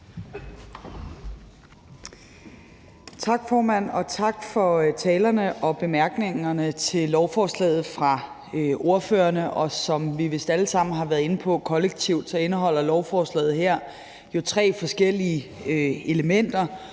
Tak, formand, og tak for talerne og bemærkningerne til lovforslaget fra ordførerne. Som vi vist alle sammen har været inde på kollektivt, indeholder lovforslaget her jo tre forskellige elementer,